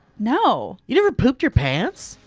no. you never pooped your pants.